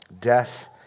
Death